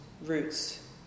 roots